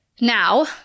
Now